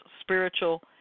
spiritual